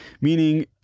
Meaning